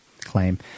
claim